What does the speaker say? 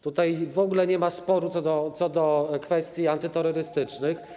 Tutaj w ogóle nie ma sporu co do kwestii antyterrorystycznych.